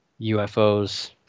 UFOs